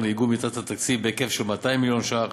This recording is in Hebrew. לאיגום יתרת התקציב בהיקף של 200 מיליון ש"ח